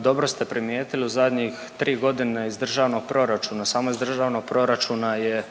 Dobro ste primijetili, u zadnjih 3 godine iz državnog proračuna, samo iz državnog proračuna je